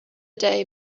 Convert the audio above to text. day